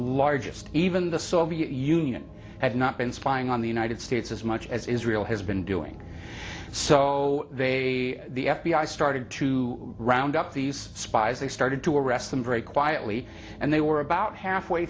largest even the soviet union had not been spying on the united states as much as israel has been doing so they the f b i started to round up these spies they started to arrest them very quietly and they were about halfway